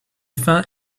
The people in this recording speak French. fin